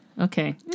Okay